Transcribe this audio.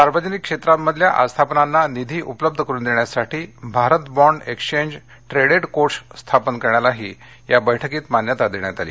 सार्वजनिक क्षेत्रांमधल्या आस्थापनांना निधी उपलब्ध करून देण्यासाठी भारत बाँड एक्सचंज ट्रेडेड कोष स्थापन करण्यालाही या बैठकीत मान्यता देण्यात आली